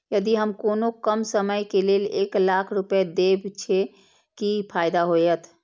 यदि हम कोनो कम समय के लेल एक लाख रुपए देब छै कि फायदा होयत?